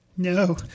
No